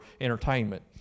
entertainment